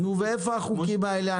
ואיפה החוקים האלה?